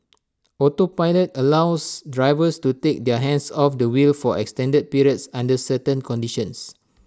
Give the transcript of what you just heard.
autopilot allows drivers to take their hands off the wheel for extended periods under certain conditions